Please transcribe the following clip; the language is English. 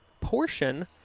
portion